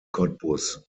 cottbus